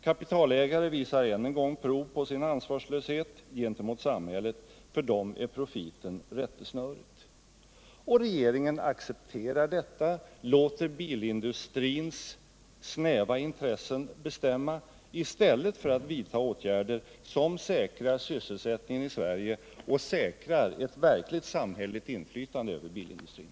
Kapitalägare visar än en gång prov på sin ansvarslöshet gentemot samhället. För dem är profiten rättesnöret. Och regeringen accepterar detta, låter bilindustrins snäva intressen bestämma i stället för att vidta åtgärder som säkrar sysselsättningen i Sverige och säkrar ett verkligt samhälleligt inflytande över bilindustrin.